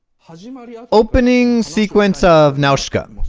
ah so um ah yeah opening sequence of now scott